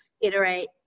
iterate